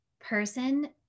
person